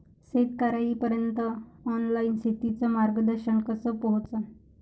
शेतकर्याइपर्यंत ऑनलाईन शेतीचं मार्गदर्शन कस पोहोचन?